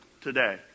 today